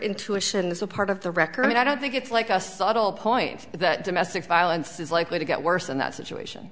intuition is a part of the record and i don't think it's like a subtle point that domestic violence is likely to get worse in that situation